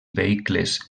vehicles